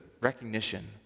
recognition